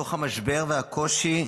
מתוך המשבר והקושי,